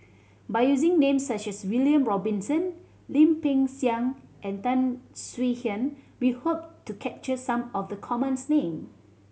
by using names such as William Robinson Lim Peng Siang and Tan Swie Hian we hope to capture some of the commons name